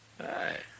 Hi